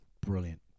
Brilliant